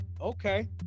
Okay